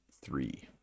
three